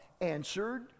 answered